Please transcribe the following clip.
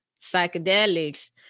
psychedelics